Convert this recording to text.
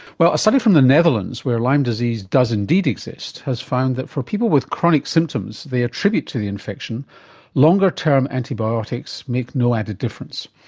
well, a study from the netherlands were lyme disease does indeed exist has found that for people with chronic symptoms they attribute to the infection longer-term antibiotics make no added difference.